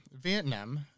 Vietnam